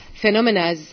phenomena